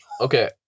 Okay